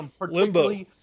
limbo